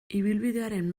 ibilbidearen